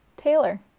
Taylor